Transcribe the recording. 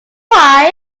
why